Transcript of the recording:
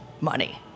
money